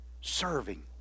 serving